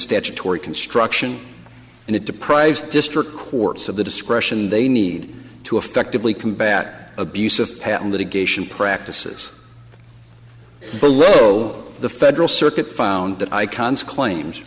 statutory construction and it deprives district courts of the discretion they need to effectively combat abuse of patent litigation practices below the federal circuit found that icon's claims